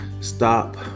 stop